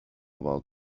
about